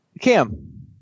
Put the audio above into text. Cam